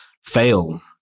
Fail